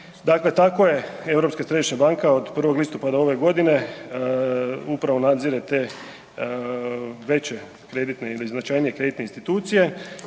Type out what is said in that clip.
Tako je Europska središnja banka od 1. listopada ove godine upravo nadzire te veće kreditne ili značajnije kreditne institucije